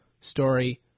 story